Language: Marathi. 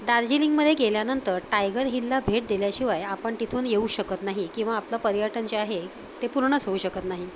दार्जिलिंगमध्ये गेल्यानंतर टायगर हिलला भेट दिल्याशिवाय आपण तिथून येऊ शकत नाही किंवा आपलं पर्यटन जे आहे ते पूर्णच होऊ शकत नाही